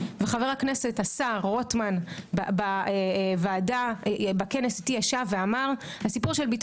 וחבר הכנסת השר רוטמן בכנס איתי ישב ואמר: הסיפור של ביטול